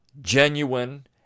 genuine